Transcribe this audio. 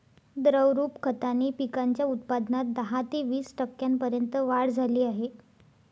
द्रवरूप खताने पिकांच्या उत्पादनात दहा ते वीस टक्क्यांपर्यंत वाढ झाली आहे